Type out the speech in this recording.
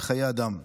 בחיי אדם.